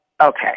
okay